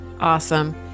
Awesome